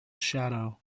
shadow